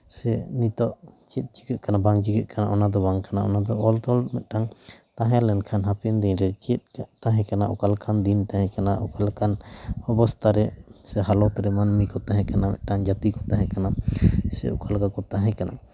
ᱥᱮ ᱱᱤᱛᱚᱜ ᱪᱮᱫ ᱪᱤᱠᱟᱹᱜ ᱠᱟᱱᱟ ᱵᱟᱝ ᱪᱤᱠᱟᱹᱜ ᱠᱟᱱᱟ ᱚᱱᱟ ᱫᱚ ᱵᱟᱝ ᱠᱟᱱᱟ ᱚᱱᱟ ᱫᱚ ᱚᱞ ᱛᱚᱞ ᱢᱤᱫᱴᱟᱱ ᱛᱟᱦᱮᱸ ᱞᱮᱱᱠᱷᱟᱱ ᱦᱟᱯᱮᱱ ᱫᱤᱱᱨᱮ ᱪᱮᱫ ᱛᱟᱦᱮᱸ ᱠᱟᱱᱟ ᱚᱠᱟ ᱞᱮᱠᱟᱱ ᱫᱤᱱ ᱛᱟᱦᱮᱸ ᱠᱟᱱᱟ ᱚᱠᱟ ᱞᱮᱠᱟᱱ ᱚᱵᱚᱥᱛᱷᱟ ᱨᱮ ᱥᱮ ᱦᱟᱞᱚᱛ ᱨᱮ ᱢᱟᱹᱱᱢᱤ ᱠᱚ ᱛᱟᱦᱮᱸ ᱠᱟᱱᱟ ᱢᱤᱫᱴᱟᱱ ᱡᱟᱹᱛᱤ ᱠᱚ ᱛᱟᱦᱮᱸ ᱠᱟᱱᱟ ᱥᱮ ᱚᱠᱟ ᱞᱮᱠᱟ ᱠᱚ ᱛᱟᱦᱮᱸ ᱠᱟᱱᱟ